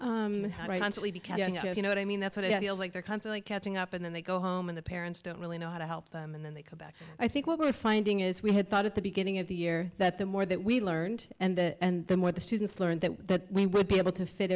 because you know what i mean that's what i feel like they're constantly catching up and then they go home and the parents don't really know how to help them and then they come back i think what we're finding is we had thought at the beginning of the year that the more that we learned and the more the students learned that we would be able to fit